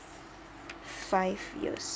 five years